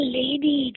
lady